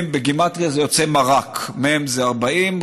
בגימטרייה זה יוצא מרק: מ' זה 40,